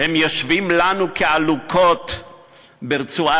הם יושבים לנו כעלוקות ברצועת-עזה,